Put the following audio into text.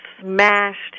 smashed